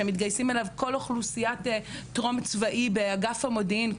שמתגייסת אליו כל אוכלוסיית הטרום צבאי באגף המודיעין.